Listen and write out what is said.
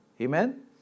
Amen